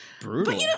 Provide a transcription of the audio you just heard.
brutal